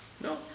No